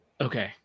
okay